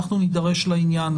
אנחנו נידרש לעניין,